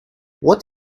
what